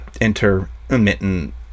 intermittent